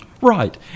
Right